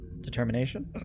determination